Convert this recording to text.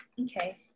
Okay